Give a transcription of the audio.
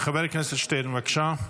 חבר הכנסת שטרן, בבקשה.